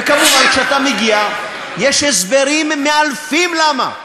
וכמובן, כשאתה מגיע, יש הסברים מאלפים למה.